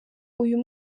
uyu